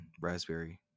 raspberry